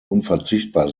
unverzichtbar